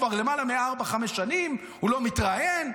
כבר למעלה מארבע-חמש שנים הוא לא מתראיין.